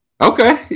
Okay